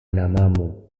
namamu